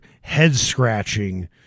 head-scratching